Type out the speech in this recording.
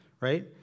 right